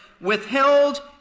Withheld